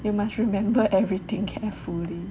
you must remember everything carefully